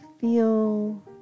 feel